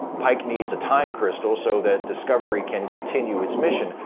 pike needs a time crystal so that discovery can continue its mission,